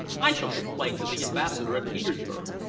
i shall complain to the ambassador at petersburg.